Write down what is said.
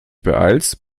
beeilst